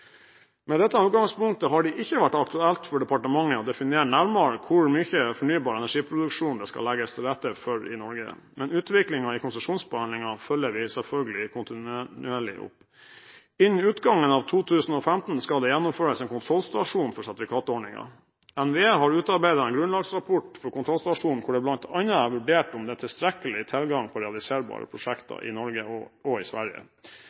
Med dette utgangspunktet har det ikke vært aktuelt for departementet å definere nærmere hvor mye fornybar energiproduksjon det skal legges til rette for i Norge, men utviklingen i konsesjonsbehandlingen følger vi selvfølgelig kontinuerlig opp. Innen utgangen av 2015 skal det gjennomføres en kontrollstasjon for sertifikatordningen. NVE har utarbeidet en grunnlagsrapport for kontrollstasjonen, hvor det bl.a. er vurdert om det er tilstrekkelig tilgang på realiserbare prosjekter i Norge og i Sverige